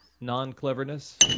non-cleverness